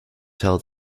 held